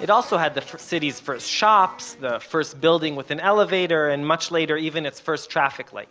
it also had the city's first shops, the first building with an elevator, and much later, even its first traffic light